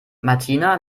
martina